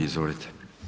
Izvolite.